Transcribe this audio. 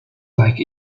like